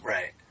Right